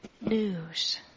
news